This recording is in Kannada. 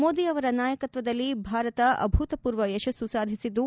ಮೋದಿ ಅವರ ನಾಯಕತ್ವದಲ್ಲಿ ಭಾರತ ಅಭೂತಪೂರ್ವ ಯಶಸ್ಸು ಸಾಧಿಸಿದ್ದು